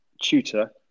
tutor